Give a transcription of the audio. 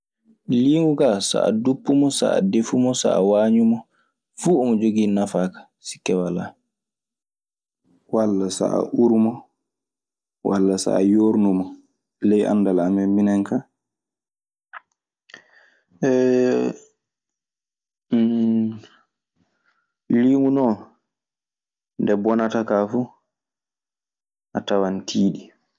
Liingu kaa, so a duppu mo, so a defu mo, so a waamu mo, fuu omo jogii nafaa kaa. Sikke walaa hen walla so uur mo walla so yuurnu mo ley anndal amen minen kaa. Liingu non nde bonata kaa fu, a tawan tiiɗii.